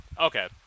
okay